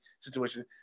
situation